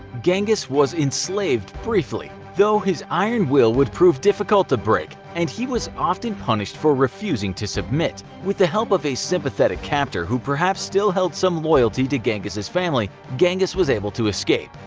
genghis was enslaved briefly, though his iron will would prove difficult to break and he was often punished for refusing to submit. with the help of a sympathetic captor who perhaps still held some loyalty to genghis' family, genghis was able to escape.